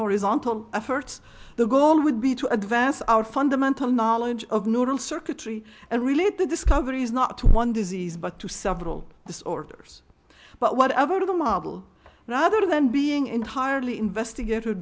horizontal effort the goal would be to advance our fundamental knowledge of neural circuitry and relate the discoveries not to one disease but to several disorders but whatever the model rather than being entirely investigator